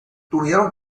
tuvieron